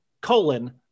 colon